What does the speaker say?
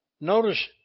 notice